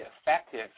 effective